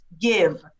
give